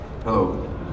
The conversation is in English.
Hello